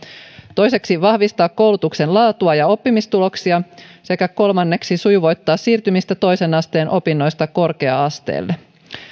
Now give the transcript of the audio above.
toiseksi vahvistaa koulutuksen laatua ja oppimistuloksia sekä kolmanneksi sujuvoittaa siirtymistä toisen asteen opinnoista korkea asteelle